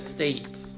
States